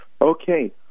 Okay